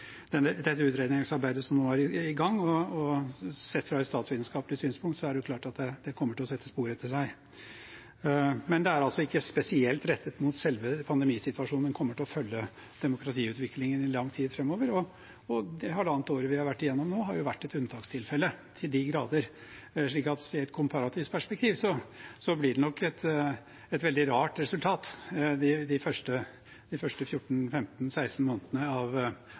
dette utredningsarbeidet som nå er i gang, og sett fra et statsvitenskapelig synspunkt er det klart at det kommer til å sette spor etter seg. Men det er altså ikke spesielt rettet mot selve pandemisituasjonen. Det kommer til å følge demokratiutviklingen i lang tid framover, og det halvannet året vi har vært igjennom nå, har jo til de grader vært et unntakstilfelle, slik at i et komparativt perspektiv blir det nok et veldig rart resultat de første 14, 15, 16 månedene av